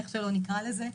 איך שלא נקרא לזה,